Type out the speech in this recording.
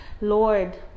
Lord